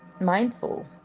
mindful